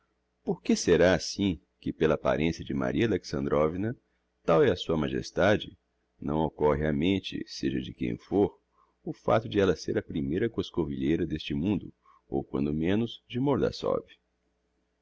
por que será sim que pela apparencia de maria alexandrovna tal é a sua majestade não occorre á mente seja de quem fôr o facto de ella ser a primeira coscovilheira d'este mundo ou quando menos de